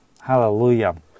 hallelujah